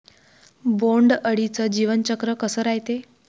बोंड अळीचं जीवनचक्र कस रायते?